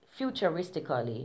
futuristically